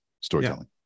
storytelling